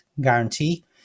guarantee